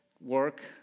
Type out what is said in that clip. work